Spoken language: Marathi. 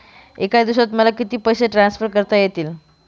एका दिवसात मला किती पैसे ट्रान्सफर करता येतील?